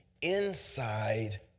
inside